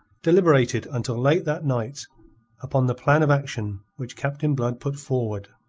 deliberated until late that night upon the plan of action which captain blood put forward.